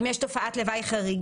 אם יש תופעת לוואי חריגה,